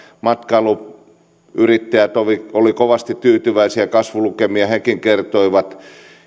matkailuyrittäjät olivat kovasti tyytyväisiä ja kasvulukemista hekin kertoivat